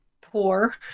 poor